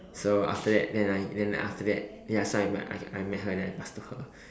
so after that then I then after that ya so I met I I met her then I pass to her